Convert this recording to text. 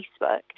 Facebook